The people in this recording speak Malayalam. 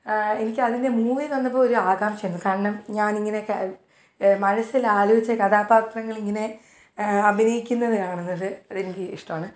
എനിക്കതിന്റെ മൂവി വന്നപ്പോൾ ഒരാകാംക്ഷയായിരുന്നു കാരണം ഞാനിങ്ങനക്കെ മനസ്സിലാലോചിച്ച കഥാപാത്രങ്ങളിങ്ങനെ അഭിനയിക്കുന്നത് കാണുന്നത് അതെനിക്കിഷ്ടവാണ്